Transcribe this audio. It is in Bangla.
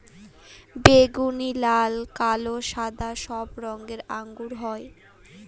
বেগুনি, লাল, কালো, সাদা সব রঙের আঙ্গুর হয়